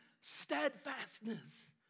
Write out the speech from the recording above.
steadfastness